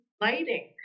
lighting